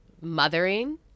mothering